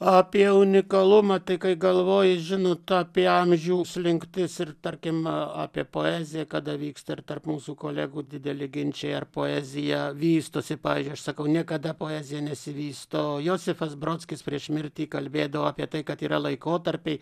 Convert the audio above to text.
apie unikalumą tai kai galvoji žinot apie amžių slinktis ir tarkim apie poeziją kada vyksta ir tarp mūsų kolegų dideli ginčai ar poezija vystosi pavyzdžiui aš sakau niekada poezija nesivysto josifas brodskis prieš mirtį kalbėdavo apie tai kad yra laikotarpiai